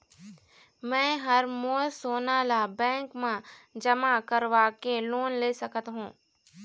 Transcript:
मैं हर मोर सोना ला बैंक म जमा करवाके लोन ले सकत हो?